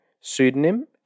pseudonym